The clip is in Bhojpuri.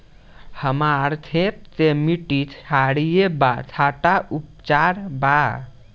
हमर खेत के मिट्टी क्षारीय बा कट्ठा उपचार बा?